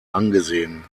angesehen